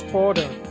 Border